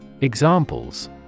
Examples